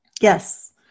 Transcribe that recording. Yes